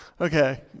Okay